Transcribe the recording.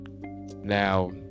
now